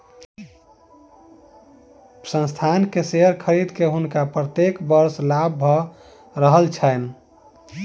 संस्थान के शेयर खरीद के हुनका प्रत्येक वर्ष लाभ भ रहल छैन